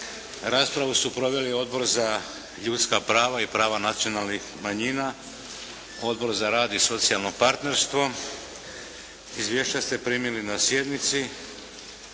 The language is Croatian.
raspravu su proveli Odbor za ljudska prava i prava nacionalnih manjina, Odbor za rad i socijalno partnerstvo. Izvješća ste primili na sjednici.